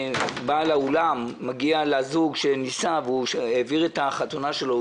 כשבעל האולם מעביר את החתונה של הזוג